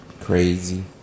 Crazy